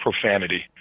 profanity